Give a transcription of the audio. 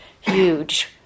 huge